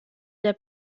der